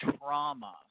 trauma